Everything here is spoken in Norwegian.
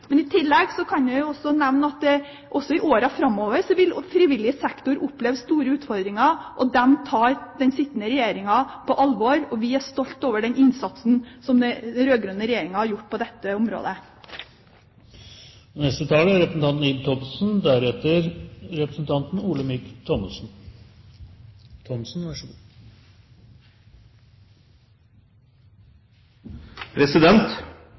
I tillegg kan jeg nevne at også i årene framover vil frivillig sektor oppleve store utfordringer, og de tar den sittende regjeringen på alvor. Vi er stolt over den innsatsen som den rød-grønne regjeringen har gjort på dette området. Dagens samfunnsutvikling setter frivillig sektor under press. Det er